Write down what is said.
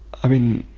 i mean,